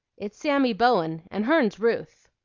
it's sammy bowen, and hern's ruth.